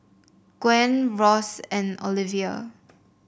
Gwen Ross and Ovila